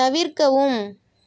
தவிர்க்கவும்